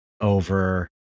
over